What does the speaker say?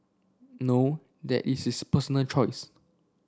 no that is his personal choice